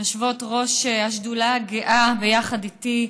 יושבות-ראש השדולה הגאה ביחד איתי,